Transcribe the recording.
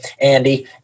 Andy